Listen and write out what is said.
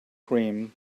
cream